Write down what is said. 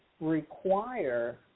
require